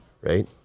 right